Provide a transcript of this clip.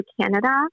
Canada